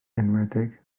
enwedig